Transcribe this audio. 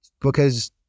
because-